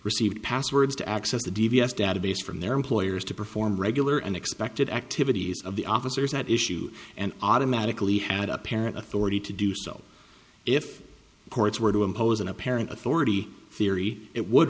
received passwords to access the d v s database from their employers to perform regular and expected activities of the officers at issue and automatically had apparent authority to do so if the courts were to impose an apparent authority fieri it would